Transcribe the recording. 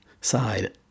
side